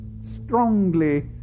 strongly